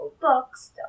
Books